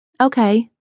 Okay